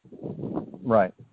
Right